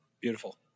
Beautiful